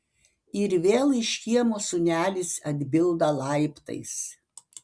ir vėl iš kiemo sūnelis atbilda laiptais